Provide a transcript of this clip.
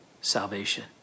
salvation